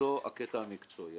מבחינתו הקטע המקצועי,